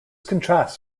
contrasts